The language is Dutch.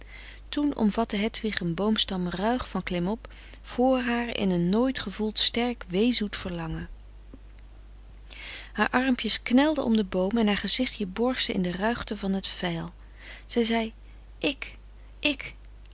toen omvatte hedwig een boomstam ruig van klimop vr haar in een nooit gevoeld sterk wee zoet verlangen frederik van eeden van de koele meren des doods haar armpjes knelden om den boom en haar gezichtje borg ze in de ruigte van het veil zij zei ik ik